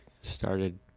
started